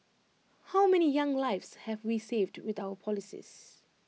how many young lives have we saved with our policies